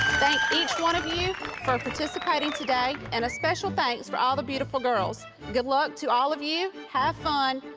thank each one of you for participating today and a special thanks for all the beautiful girls. good luck to all of you, have fun,